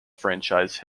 franchise